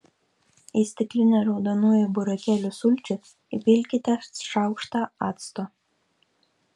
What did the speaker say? į stiklinę raudonųjų burokėlių sulčių įpilkite šaukštą acto